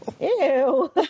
Ew